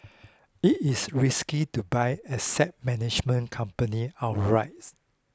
it is risky to buy asset management companies outright